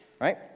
right